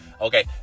okay